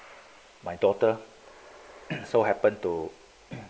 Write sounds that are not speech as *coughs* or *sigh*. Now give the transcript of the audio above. my daughter *coughs* so happen to